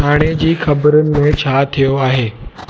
हाणे जी ख़बरुनि में छा थियो आहे